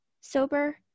sober